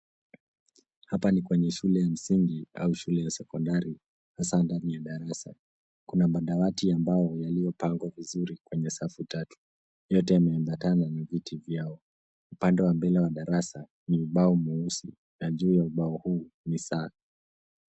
Hapa ni kwenye shule ya msingi au shule ya sekondari, hasa ndani ya darasa. Kuna madawati ya mbao yaliyopangwa vizuri kwenye safu tatu. Yote yameambatana na viti vyao. Upande wa mbele wa darasa, ni ubao mweusi na juu ya ubao huu, ni saa.